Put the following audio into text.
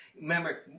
Remember